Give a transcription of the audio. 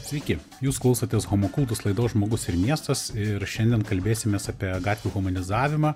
sveiki jūs klausotės homo kultus laidos žmogus ir miestas ir šiandien kalbėsimės apie gatvių humanizavimą